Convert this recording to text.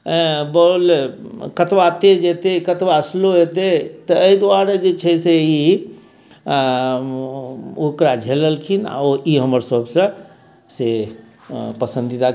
ball कतबा तेज जेतै कतबा स्लो हैत तऽ अइ दुआरे जे छै से ई ओकरा झेललखिन ओ ई हमर सबसँ से पसन्दीदा